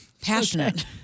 passionate